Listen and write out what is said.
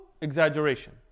exaggeration